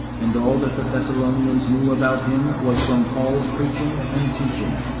and all that the thessalonians knew about him was from paul's preaching and teaching.